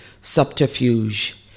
subterfuge